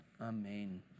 Amen